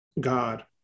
god